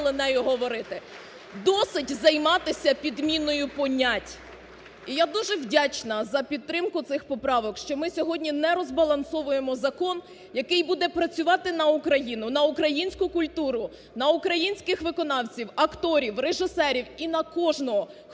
Досить займатися підміною понять. І я дуже вдячна за підтримку цих поправок, що ми сьогодні не розбалансовуємо закон, який буде працювати на Україну, на українську культуру, на українських виконавців, акторів, режисерів і на кожного, хто просто